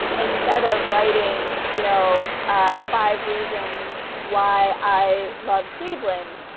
instead of writing you know five reasons why i love cleveland,